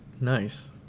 Nice